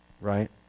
right